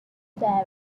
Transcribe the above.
seven